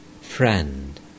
Friend